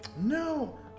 No